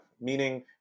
meaning